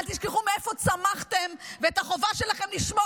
אל תשכחו מאיפה צמחתם ואת החובה שלכם לשמור